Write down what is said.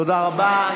תודה רבה.